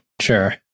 sure